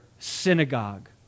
synagogue